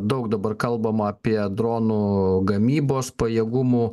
daug dabar kalbama apie dronų gamybos pajėgumų